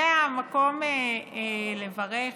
זה המקום לברך,